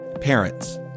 parents